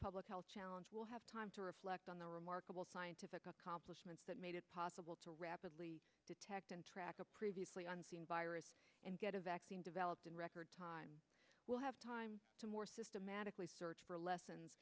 public health challenge will have time to reflect on the remarkable scientific accomplishments that made it possible to rapidly detect and track a previously unseen virus and get a vaccine developed in record time we'll have time to more systematically search for lessons